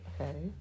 Okay